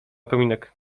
kominek